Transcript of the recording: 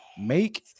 Make